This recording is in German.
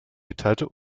geteilte